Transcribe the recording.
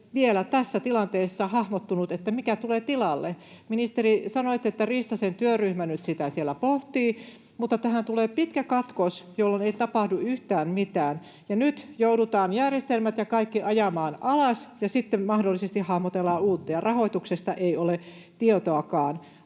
tilanteessa ei ole vielä hahmottunut, mikä tulee tilalle. Ministeri, sanoitte, että Rissasen työryhmä nyt sitä siellä pohtii, mutta tähän tulee pitkä katkos, jolloin ei tapahdu yhtään mitään, ja nyt joudutaan järjestelmät ja kaikki ajamaan alas ja sitten mahdollisesti hahmotellaan uutta, ja rahoituksesta ei ole tietoakaan.